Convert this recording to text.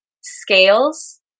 Scales